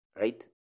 right